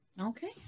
Okay